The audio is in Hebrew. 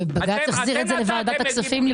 ובג"ץ החזיר את זה לוועדת הכספים.